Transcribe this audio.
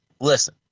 listen